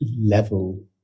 level